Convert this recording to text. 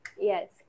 Yes